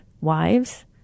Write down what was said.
wives